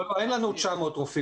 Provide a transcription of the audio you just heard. לא, אין לנו 900 רופאים.